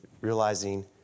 realizing